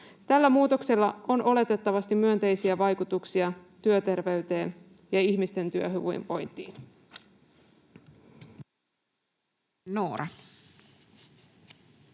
Tällä muutoksella on oletettavasti myönteisiä vaikutuksia työterveyteen ja ihmisten työhyvinvointiin.